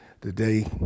today